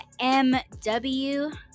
MW